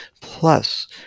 Plus